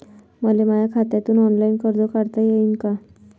मले माया खात्यातून ऑनलाईन कर्ज काढता येईन का?